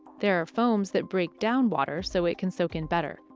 there are foams that break down water so it can soak in better.